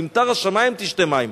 "למטר השמים תשתה מים".